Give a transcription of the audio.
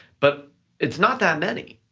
but it's not that many.